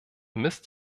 misst